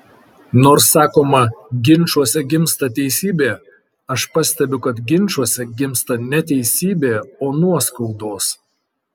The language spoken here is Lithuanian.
nors sakoma ginčuose gimsta teisybė aš pastebiu kad ginčuose gimsta ne teisybė o nuoskaudos